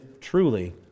truly